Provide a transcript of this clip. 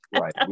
right